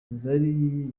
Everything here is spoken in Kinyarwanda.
zari